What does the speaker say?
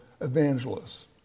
evangelists